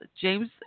james